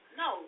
no